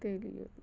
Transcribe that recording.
తెలియదు